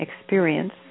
experience